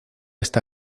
está